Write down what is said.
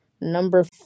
number